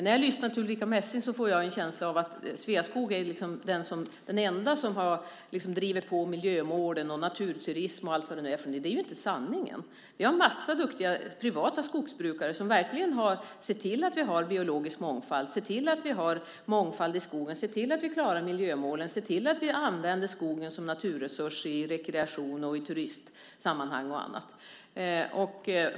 När jag lyssnar till Ulrica Messing får jag en känsla av att Sveaskog är den enda som har drivit på när det gäller miljömålen, naturturism och allt vad det är. Det är inte sanning. Vi har massor av duktiga privata skogsbrukare som verkligen har sett till att vi har biologisk mångfald, klarar miljömålen och använder skogen som en naturresurs i rekreations och turistsammanhang.